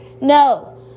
No